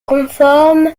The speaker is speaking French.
conforme